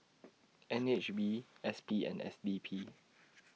N H B S P and S D P